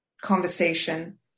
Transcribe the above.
conversation